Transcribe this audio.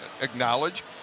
acknowledge